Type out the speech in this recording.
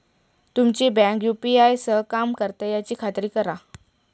तुमची bank UPI सह काम करता याची खात्री करा